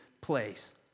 place